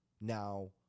Now